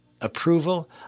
approval